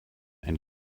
and